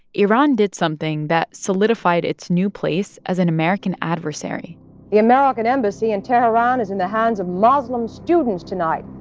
iran did something that solidified its new place as an american adversary adversary the american embassy in tehran is in the hands of muslim students tonight.